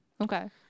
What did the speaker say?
Okay